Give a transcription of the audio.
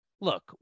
look